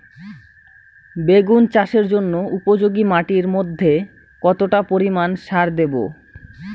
বেগুন চাষের জন্য উপযোগী মাটির মধ্যে কতটা পরিমান সার দেব?